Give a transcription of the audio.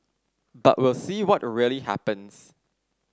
but we'll see what really happens